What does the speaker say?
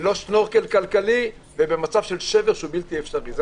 ללא שנורקל כלכלי ובמצב של שבר שהוא בלתי אפשרי.